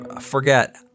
Forget